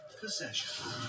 possession